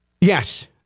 yes